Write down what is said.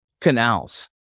canals